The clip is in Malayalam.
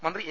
മന്ത്രി എ